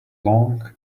long